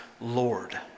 Lord